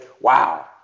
wow